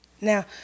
Now